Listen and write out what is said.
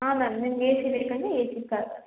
ಹಾಂ ಮ್ಯಾಮ್ ನಿಮ್ಗೆ A C ಬೇಕಂದರೆ ಏ ಸಿ ಕಾರ್